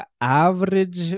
average